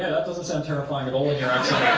doesn't sound terrifying at all in your accent.